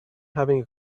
having